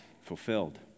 fulfilled